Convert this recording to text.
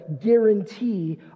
guarantee